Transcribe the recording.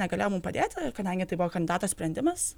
negalėjo mum padėt kadangi tai buvo kandidato sprendimas